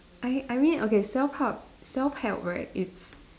I I mean okay self help self help right it's